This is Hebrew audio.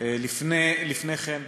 לפני כן,